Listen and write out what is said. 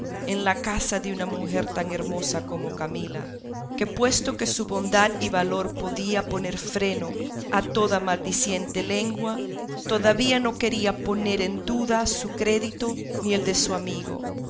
en la casa de una mujer tan hermosa como camila que puesto que su bondad y valor podía poner freno a toda maldiciente lengua todavía no quería poner en duda su crédito ni el de su amigo